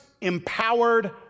empowered